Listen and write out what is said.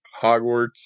Hogwarts